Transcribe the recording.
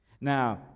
Now